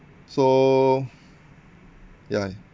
so ya